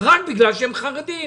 מענק פרישה רק בגלל שהם חרדים.